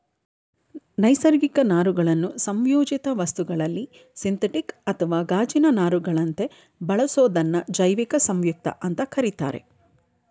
ನೈಸರ್ಗಿಕ ನಾರುಗಳನ್ನು ಸಂಯೋಜಿತ ವಸ್ತುಗಳಲ್ಲಿ ಸಿಂಥೆಟಿಕ್ ಅಥವಾ ಗಾಜಿನ ನಾರುಗಳಂತೆ ಬಳಸೋದನ್ನ ಜೈವಿಕ ಸಂಯುಕ್ತ ಅಂತ ಕರೀತಾರೆ